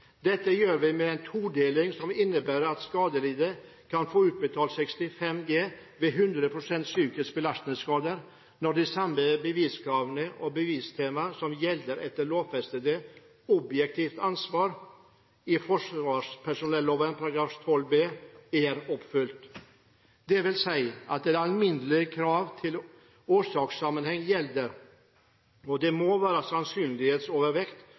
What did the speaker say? Dette gjør vi med en todeling som innebærer at skadelidte kan få utbetalt 65 G ved 100 pst. uførhet ved psykiske belastningsskader når de samme beviskrav og bevistema som gjelder etter det lovfestede objektive ansvaret i forsvarspersonelloven § 12 b, er oppfylt. Det vil si at «de alminnelige krav til årsakssammenheng gjelder. Det må være sannsynlighetsovervekt